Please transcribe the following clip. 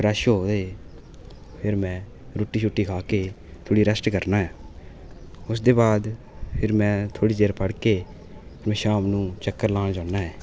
fresh होइयै फिर में रुट्टी शुट्टी खाइयै थोह्ड़ी रैस्ट करना ऐं उस दे बाद फिर में थोह्ड़ी देर पढ़ियै में शाम नूं चक्कर लान जन्ना ऐं